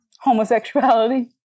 Homosexuality